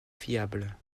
fiables